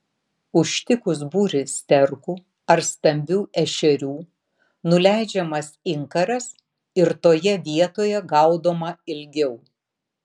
užtikus būrį sterkų ar stambių ešerių nuleidžiamas inkaras ir toje vietoje gaudoma ilgiau